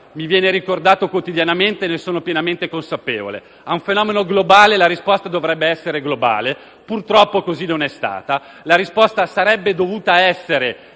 mi viene ricordato quotidianamente, ne sono pienamente consapevole. A un fenomeno globale la risposta dovrebbe essere globale. Purtroppo, così non è stato. La risposta sarebbe dovuta essere